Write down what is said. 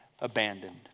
abandoned